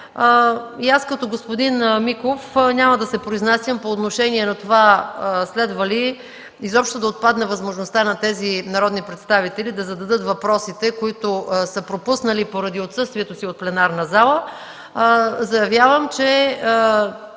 И аз, като господин Миков, няма да се произнасям по отношение на това следва ли изобщо да отпадне възможността на тези народни представители да зададат въпросите, които са пропуснали поради отсъствието си от пленарната зала. Заявявам, че